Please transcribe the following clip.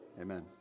Amen